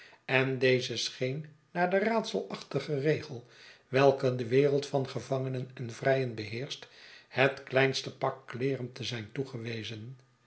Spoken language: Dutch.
en dezen scheen naar den raadselachtigen regel welke de wereld van gevangenen en vrijen beheerscht het kleinste pak kleeren te zijn toegewezen